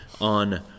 on